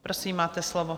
Prosím, máte slovo.